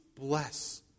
bless